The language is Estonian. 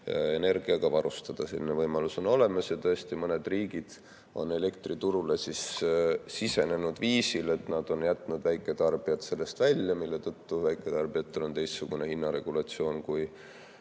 energiaga varustada, selline võimalus on olemas. Ja tõesti, mõned riigid on elektriturule sisenenud viisil, et nad on jätnud väiketarbijad sellest välja, mille tõttu väiketarbijatel on teistsugune hinnaregulatsioon kui